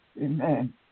Amen